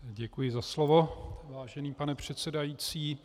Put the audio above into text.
Děkuji za slovo, vážený pane předsedající.